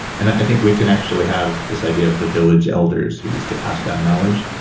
and i think we can actually have this idea of the village elders, who used to pass down knowledge.